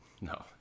No